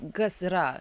kas yra